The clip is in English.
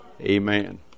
Amen